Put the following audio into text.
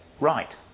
right